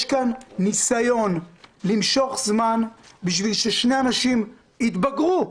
יש כאן ניסיון למשוך זמן בשביל ששני אנשים יתבגרו,